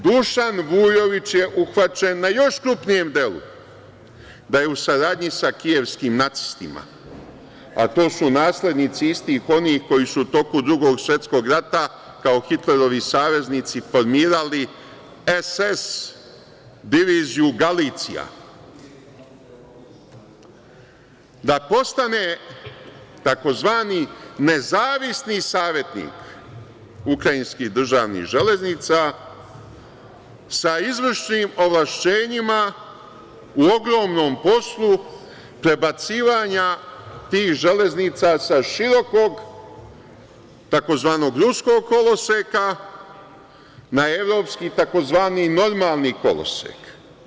Dušan Vujović je uhvaćen na još krupnijem delu, da je u saradnji sa kijevskim nacistima, a to su naslednici istih onih koji su u toku Drugog svetskog rata kao Hitlerovi saveznici formirali SS diviziju „Galicija“, da postane tzv. nezavisni savetnik ukrajinskih državnih železnica, sa izvršnim ovlašćenjima u ogromnom poslu prebacivanja tih železnica sa širokog tzv. ruskog koloseka na evropski tzv. normalni kolosek.